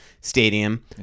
stadium